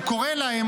הוא קורא להן,